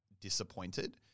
disappointed